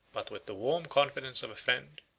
but with the warm confidence of a friend,